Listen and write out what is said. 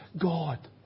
God